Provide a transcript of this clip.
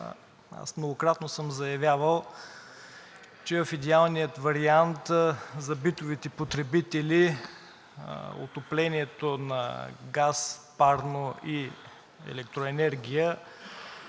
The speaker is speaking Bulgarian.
Аз многократно съм заявявал, че в идеалния вариант за битовите потребители отоплението на газ, парно и електроенергия